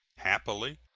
happily,